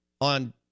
on